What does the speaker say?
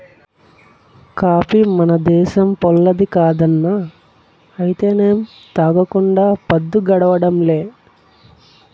coffee మన దేశంపోల్లది కాదన్నా అయితేనేం తాగకుండా పద్దు గడవడంలే